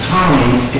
Tommy's